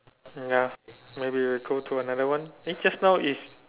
ya maybe we go to another one eh just now is